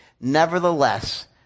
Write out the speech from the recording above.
Nevertheless